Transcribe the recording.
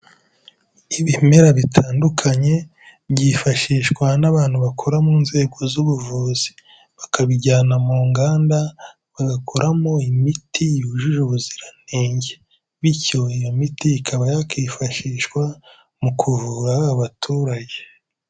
Ibimera bitandukanye byifashishwa n'abantu bakora mu nzego z'ubuvuzi, bakabijyana mu nganda, bagakoramo imiti yujuje ubuziranenge, bityo iyo miti ikaba yakwifashishwa mu kuvura abaturage.